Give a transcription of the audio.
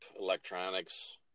electronics